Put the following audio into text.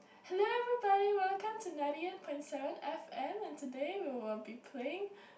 hello everybody welcome to ninety eight point seven f_m and today we will be playing